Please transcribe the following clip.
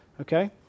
okay